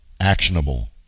actionable